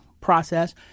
process